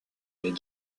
les